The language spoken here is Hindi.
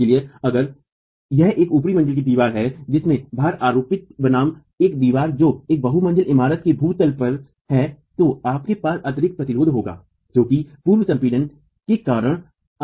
इसलिए अगर यह एक ऊपरी मंजिल की दीवार है जिसमें कम भार आरोपित बनाम एक दीवार है जो एक बहु मंजिला इमारत के भूतल पर है तो आपके पास अतिरिक्त प्रतिरोध होगा जो कि पूर्व संपीडन के कारण आ रहा है